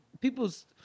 people's